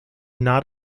not